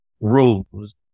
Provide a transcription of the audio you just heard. rules